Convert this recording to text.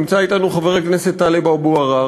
נמצא אתנו חבר הכנסת טלב אבו עראר,